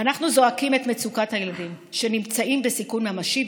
אנחנו זועקים את מצוקת הילדים שנמצאים בסיכון ממשי,